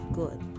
good